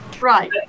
Right